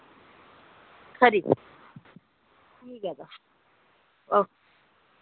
खरी ओके